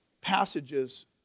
passages